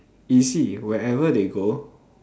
easy where ever they go